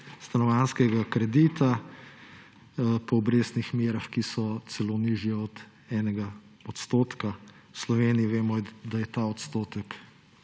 stanovanjskega kredita po obrestnih merah, ki so celo nižje od 1 %. V Sloveniji vemo, da je ta odstotek